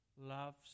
loves